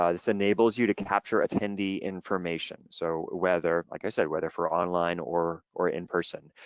ah this enables you to capture attendee information. so whether, like i said, whether for online or or in-person.